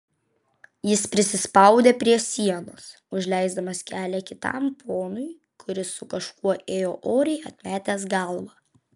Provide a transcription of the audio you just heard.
jis prisispaudė prie sienos užleisdamas kelią kitam ponui kuris su kažkuo ėjo oriai atmetęs galvą